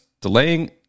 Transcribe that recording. delaying